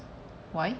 why